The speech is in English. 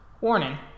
Warning